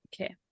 okay